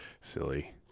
silly